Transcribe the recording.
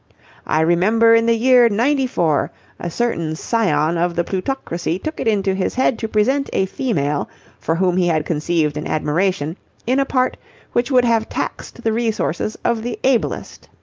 i remember in the year ninety four a certain scion of the plutocracy took it into his head to present a female for whom he had conceived an admiration in a part which would have taxed the resources of the ablest.